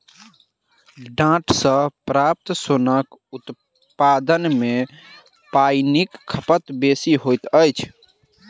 डांट सॅ प्राप्त सोनक उत्पादन मे पाइनक खपत बेसी होइत अछि